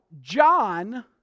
John